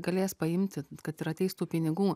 galės paimti kad ir ateis tų pinigų